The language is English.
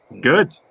Good